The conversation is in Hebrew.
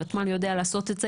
הותמ"ל יודע לעשות את זה,